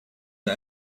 the